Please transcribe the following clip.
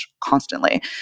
constantly